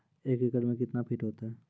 एक एकड मे कितना फीट होता हैं?